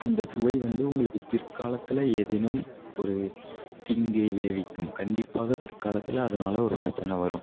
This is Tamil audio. அந்த சுவை வந்து உங்களுக்கு பிற்காலத்தில் ஏதேனும் ஒரு தீங்கை விளைவிக்கும் கண்டிப்பாக பிற்காலத்தில் அதனால் ஒரு பிரச்சனை வரும்